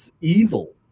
evil